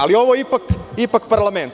Ali, ovo je ipak parlament.